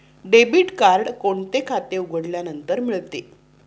Debit card कोणते खाते उघडल्यानंतर मिळते?